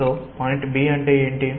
so point B అంటే ఏంటి